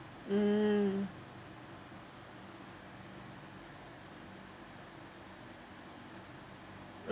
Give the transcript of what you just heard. mm